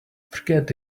forget